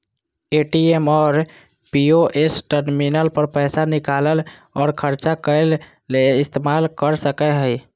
ATM और POS terminal पर पैसा निकालय और ख़र्चा करय ले इस्तेमाल कर सकय हइ